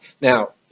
Now